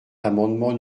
l’amendement